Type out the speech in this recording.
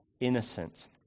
innocent